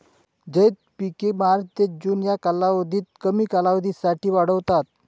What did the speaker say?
झैद पिके मार्च ते जून या कालावधीत कमी कालावधीसाठी वाढतात